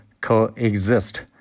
coexist